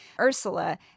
Ursula